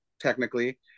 technically